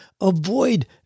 avoid